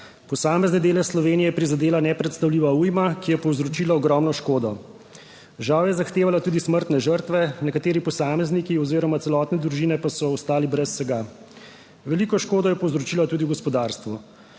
Posamezne dele Slovenije je prizadela nepredstavljiva ujma, ki je povzročila ogromno škodo. Žal je zahtevala tudi smrtne žrtve, nekateri posamezniki oziroma celotne družine pa so ostali brez vsega. Veliko škodo je povzročila tudi v gospodarstvu.